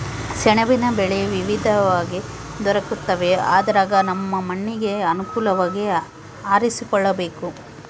ಸೆಣಬಿನ ಬೆಳೆ ವಿವಿಧವಾಗಿ ದೊರಕುತ್ತವೆ ಅದರಗ ನಮ್ಮ ಮಣ್ಣಿಗೆ ಅನುಗುಣವಾಗಿ ಆರಿಸಿಕೊಳ್ಳಬೇಕು